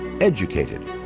EDUCATED